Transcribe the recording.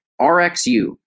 RxU